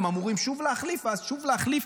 הם אמורים שוב להחליף ואז שוב להחליף.